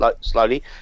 slowly